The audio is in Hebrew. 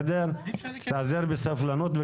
תתאזר בסבלנות.